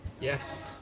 Yes